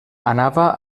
anava